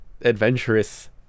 adventurous